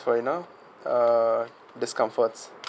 for you know uh discomforts